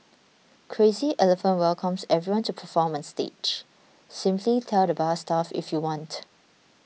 Crazy Elephant welcomes everyone to perform on stage simply tell the bar staff if you want